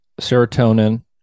serotonin